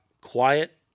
Quiet